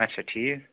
اَچھا ٹھیٖک